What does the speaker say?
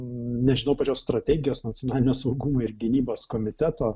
nežinau pačios strategijos nacionalinio saugumo ir gynybos komiteto